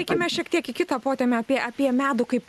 eikime šiek tiek į kitą potėmę apie apie medų kaip